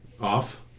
off